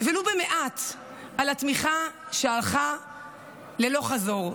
ולו במעט על התמיכה שהלכה ללא חזור.